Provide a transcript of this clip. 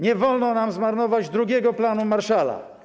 Nie wolno nam zmarnować drugiego planu Marshalla.